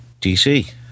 DC